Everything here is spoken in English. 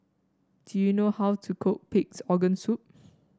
do you know how to cook Pig's Organ Soup